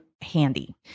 handy